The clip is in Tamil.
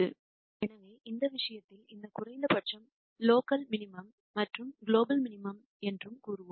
எனவே இந்த விஷயத்தில் இந்த குறைந்தபட்சம் லோக்கல் மினிமம் மற்றும் குளோபல் மினிமம் ம் என்றும் கூறுவோம்